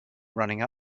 running